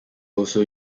also